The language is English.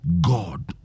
God